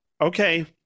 okay